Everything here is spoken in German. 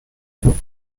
ein